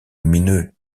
lumineux